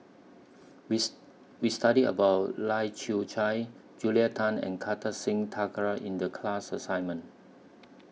we's We studied about Lai Kew Chai Julia Tan and Kartar Singh Thakral in The class assignment